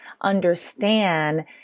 understand